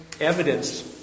evidence